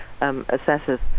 assessors